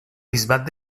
bisbat